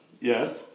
Yes